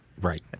Right